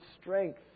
strength